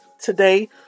today